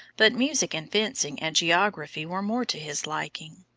but music and fencing and geography were more to his liking.